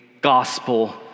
gospel